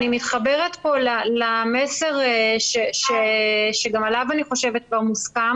אני מתחברת למסר שגם עליו מוסכם,